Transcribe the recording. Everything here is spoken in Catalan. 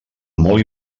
molt